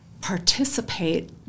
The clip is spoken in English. participate